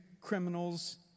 criminals